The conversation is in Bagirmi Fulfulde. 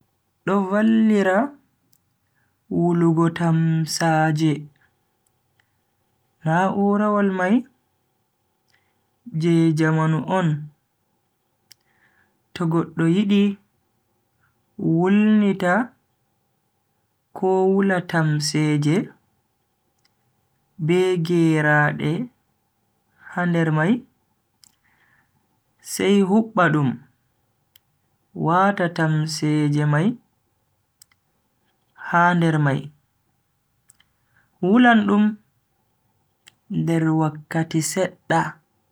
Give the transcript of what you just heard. Do vallira wulugo tamsaaje. Na'urawol mai je jamanu on to goddo yidi wulnita ko wula tamseeje be geraade ha nder mai, sai hubba dum, waata tamseeje mai ha nder mai. wulan dum nder wakkati sedda.